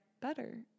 better